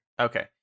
Okay